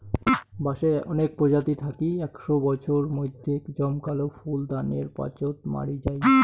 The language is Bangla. বাঁশের অনেক প্রজাতি থাকি একশও বছর মইধ্যে জমকালো ফুল দানের পাচোত মরি যাই